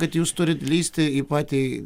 kad jūs turit lįsti į patį